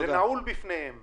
זה נעול בפניהם.